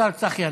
השר צחי הנגבי.